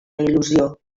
il·lusió